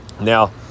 Now